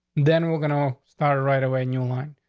then we're gonna start right away. new line.